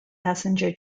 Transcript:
passenger